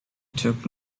took